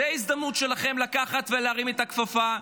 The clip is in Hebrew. זו ההזדמנות שלכם לקחת ולהרים את הכפפה,